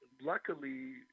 luckily